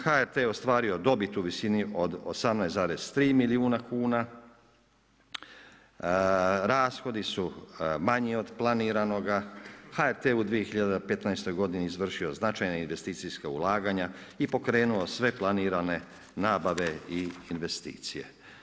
HRT je ostvario dobit u visini od 18,3 milijuna kuna, rashodi su manji od planiranog, HRT u 2015. g. izvršio značajna investicijska ulaganja i pokrenuo sve planirane nabave i investicije.